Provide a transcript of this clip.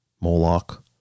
Moloch